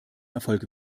erfolg